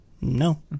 no